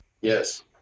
Yes